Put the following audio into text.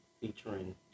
featuring